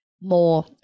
more